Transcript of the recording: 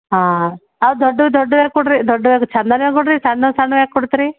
ಹಾಂ ಅವು ದೊಡ್ಡವು ದೊಡ್ಡವೇ ಕೊಡ್ರಿ ದೊಡ್ಡ ಅದು ಚೆಂದನ್ವೇ ಕೊಡ್ರಿ ಸಣ್ಣ ಸಣ್ಣವು ಯಾಕೆ ಕೊಡ್ತೀರಿ